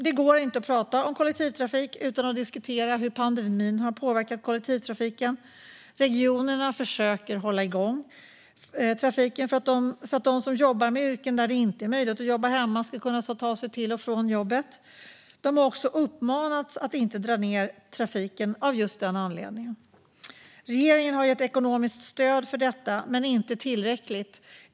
Det går inte att prata om kollektivtrafik utan att diskutera hur pandemin har påverkat kollektivtrafiken. Regionerna försöker hålla igång trafiken för att de som jobbar inom yrken där det inte är möjligt att jobba hemma ska kunna ta sig till och från jobbet. Regionerna har också uppmanats att inte dra ned på trafiken av just den anledningen. Regeringen har gett ekonomiskt stöd för detta men inte tillräckligt.